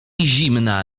zimna